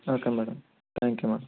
okay madam thank you madam